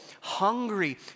hungry